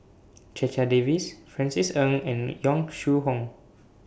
Checha Davies Francis Ng and Yong Shu Hoong